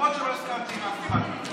למרות שלא הסכמתי עם אף אחת מהן.